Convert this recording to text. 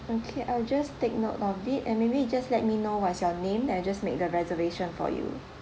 okay I'll just take note of it and maybe you just let me know what's your name then I just made the reservation for you